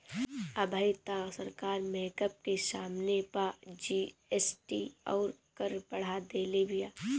अबही तअ सरकार मेकअप के समाने पअ जी.एस.टी अउरी कर बढ़ा देले बिया